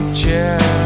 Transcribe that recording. chair